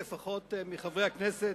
לפחות מחברי הכנסת,